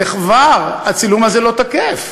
וכבר הצילום הזה לא תקף.